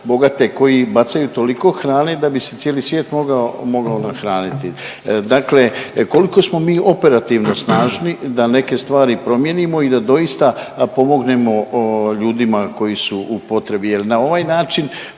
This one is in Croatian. bogate koji bacaju toliko hrane da bi se cijeli svijet mogao, mogao nahranit. Dakle, koliko smo mi operativno snažni da neke stvari promijenimo i da doista pomognemo ljudima koji su u potrebi